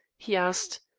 he asked.